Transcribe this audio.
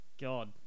God